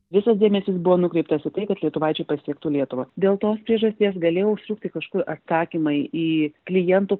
visas dėmesys buvo nukreiptas į tai kad lietuvaičiai pasiektų lietuvą dėl tos priežasties galėjo užtrukti kažkur atsakymai į klientų